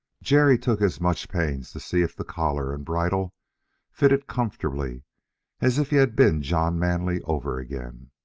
jerry took as much pains to see if the collar and bridle fitted comfortably as if he had been john manly over again.